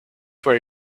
where